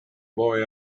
boy